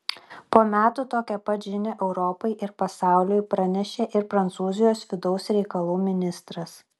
po metų tokią pat žinią europai ir pasauliui pranešė ir prancūzijos vidaus reikalų ministras